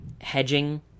hedging